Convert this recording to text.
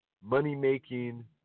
money-making